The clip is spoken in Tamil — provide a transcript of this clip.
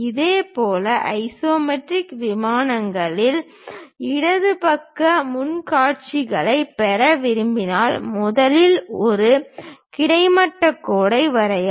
இதேபோல் ஐசோமெட்ரிக் விமானங்களில் இடது பக்க முன் காட்சியைப் பெற விரும்பினால் முதலில் ஒரு கிடைமட்ட கோட்டை வரையவும்